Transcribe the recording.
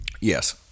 Yes